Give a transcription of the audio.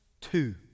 two